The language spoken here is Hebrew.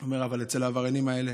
הוא אומר: אבל אצל העבריינים האלה,